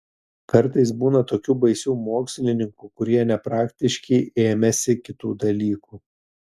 kartais būna tokių baisių mokslininkų kurie nepraktiški ėmęsi kitų dalykų